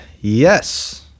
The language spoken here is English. yes